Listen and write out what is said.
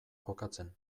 jokatzen